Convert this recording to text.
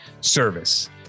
service